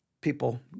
people